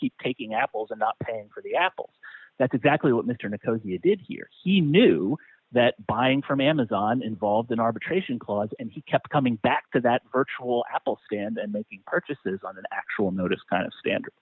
keep taking apples and not paying for the apples that's exactly what mr nicko he did here he knew that buying from amazon involved an arbitration clause and he kept coming back to that virtual apple stand and making purchases on the actual notice kind of standard